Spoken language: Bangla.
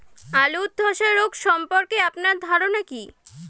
আলু ধ্বসা রোগ সম্পর্কে আপনার ধারনা কী?